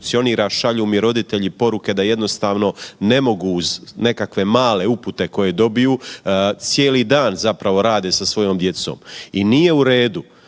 šalju mi roditelji poruke da jednostavno ne mogu uz nekakve male upute koje dobiju cijeli dan zapravo rade sa svojom djecom. I nije u redu